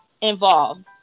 involved